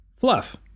Fluff